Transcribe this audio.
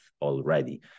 already